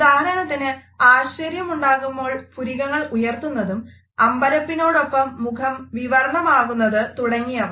ഉദാഹരണത്തിന് ആശ്ചര്യം ഉണ്ടാകുമ്പോൾ പുരികങ്ങൾ ഉയർത്തുന്നതും അമ്പരപ്പിനോടൊപ്പം മുഖം വിവരണമാകുന്നത് തുടങ്ങിയവ